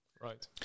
right